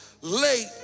late